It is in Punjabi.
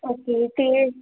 ਓਕੇ ਅਤੇ